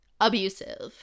abusive